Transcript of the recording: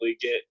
get